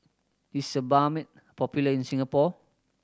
is Sebamed popular in Singapore